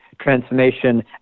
transformation